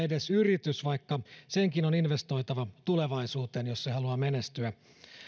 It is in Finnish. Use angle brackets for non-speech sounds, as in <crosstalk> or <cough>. <unintelligible> edes yritys vaikka senkin on investoitava tulevaisuuteen jos se haluaa menestyä